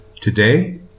Today